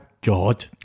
god